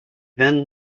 then